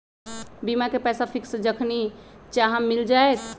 बीमा के पैसा फिक्स जखनि चाहम मिल जाएत?